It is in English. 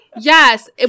Yes